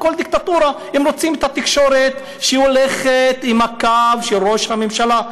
בכל דיקטטורה רוצים תקשורת שהולכת עם הקו של ראש הממשלה,